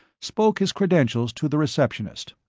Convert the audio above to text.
spoke his credentials to the receptionist.